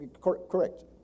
correct